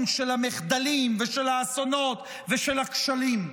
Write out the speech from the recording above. של המחדלים ושל האסונות ושל הכשלים.